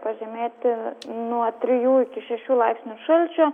pažemėti nuo trijų iki šešių laipsnių šalčio